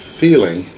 feeling